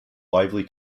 lively